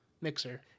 mixer